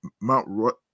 mount